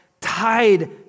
tied